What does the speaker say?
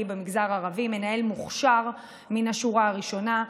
במגזר הערבי מנהל מוכשר מן השורה הראשונה,